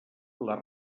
les